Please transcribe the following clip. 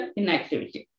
inactivity